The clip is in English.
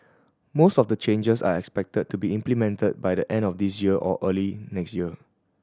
most of the changes are expected to be implemented by the end of this year or early next year